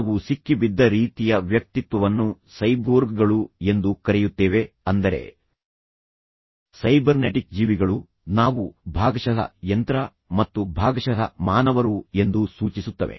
ನಾವು ಸಿಕ್ಕಿಬಿದ್ದ ರೀತಿಯ ವ್ಯಕ್ತಿತ್ವವನ್ನು ಸೈಬೋರ್ಗ್ಗಳು ಎಂದು ಕರೆಯುತ್ತೇವೆ ಅಂದರೆ ಸೈಬರ್ನೆಟಿಕ್ ಜೀವಿಗಳು ನಾವು ಭಾಗಶಃ ಯಂತ್ರ ಮತ್ತು ಭಾಗಶಃ ಮಾನವರು ಎಂದು ಸೂಚಿಸುತ್ತವೆ